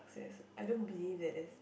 yes I don't believe there's